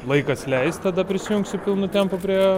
laikas leis tada prisijungsiu pilnu tempu prie